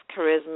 charisma